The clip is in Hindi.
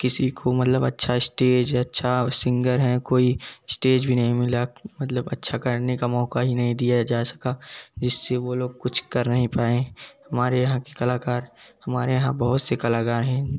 किसी को मतलब अच्छा स्टेज अच्छा सिंगर है कोई स्टेज भी नहीं मिला मतलब अच्छा करने का मौका ही नही दिया जा सका जिससे वो लोग कुछ कर नही पाएं हमारे यहाँ के कलाकार हमारे यहाँ बहुत से कलाकार हैं